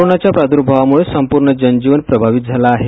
कोरोनाच्या प्राद्भार्वामुळे संपूर्ण जनजीवन प्रभावित झालं आहे